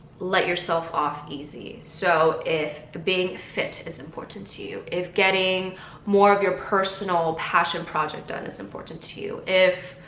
let yourself off easy so if being fit is important to you if getting more of your personal passion project done is important to you if.